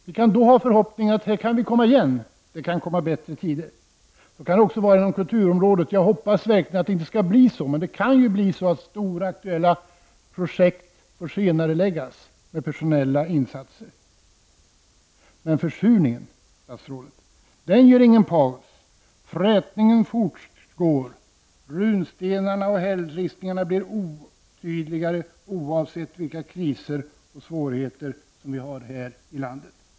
Vi kan ha förhoppningar att det kan komma bättre tider. Så kan det vara också på kulturområdet. Det kan bli -- jag hoppas verkligen att det inte blir så -- att stora aktuella projekt och stora personella satsningar senareläggs. Försurningen däremot, statsrådet, gör ingen paus. Frätningen fortgår, runstenarna och hällristningarna blir otydligare oavsett vilka kriser och svårigheter vi har i landet.